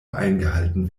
eingehalten